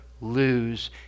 lose